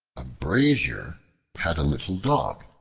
a brazier had a little dog,